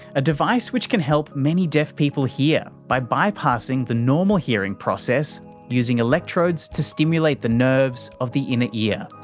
a device which can help many deaf people hear by bypassing the normal hearing process using electrodes to stimulate the nerves of the inner ear.